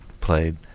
played